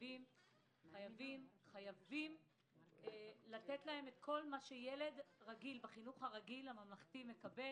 חייבים לתת להם כל מה שילד בחינוך הרגיל מקבל.